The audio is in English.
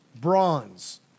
bronze